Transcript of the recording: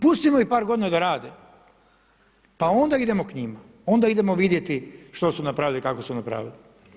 Pustimo ih par godina da rade pa onda idemo k njima, onda idemo vidjeti što su napravili i kako su napravili.